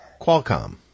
Qualcomm